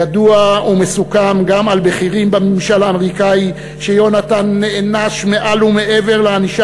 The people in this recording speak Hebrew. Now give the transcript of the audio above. ידוע ומוסכם גם על בכירים בממשל האמריקני שיהונתן נענש מעל ומעבר לענישה